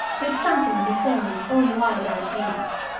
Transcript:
with something of miss emily's own wide-eyed gaze.